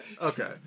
Okay